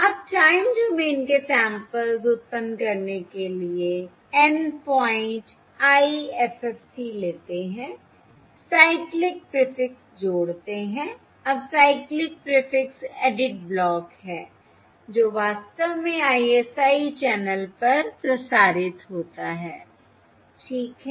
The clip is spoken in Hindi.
आप टाइम डोमेन के सैंपल्स उत्पन्न करने के लिए N पॉइंट IFFT लेते हैं साइक्लिक प्रीफिक्स जोड़ते हैं अब साइक्लिक प्रीफिक्स एडिड ब्लॉक है जो वास्तव में ISI चैनल पर प्रसारित होता है ठीक है